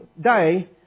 day